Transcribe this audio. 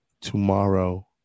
tomorrow